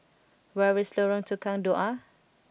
where is Lorong Tukang Dua